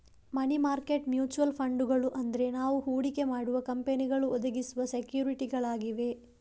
ಮನಿ market mutual ಫಂಡುಗಳು ಅಂದ್ರೆ ನಾವು ಹೂಡಿಕೆ ಮಾಡುವ ಕಂಪನಿಗಳು ಒದಗಿಸುವ ಸೆಕ್ಯೂರಿಟಿಗಳಾಗಿವೆ